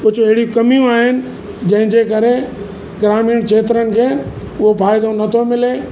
कुझु अहिड़ियूं कमियूं आहिनि जंहिंजे करे ग्रामीण खेत्रनि खे उहो फ़ाइदो नथो मिले